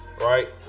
right